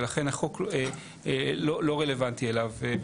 ולכן החוק לא רלוונטי אליו.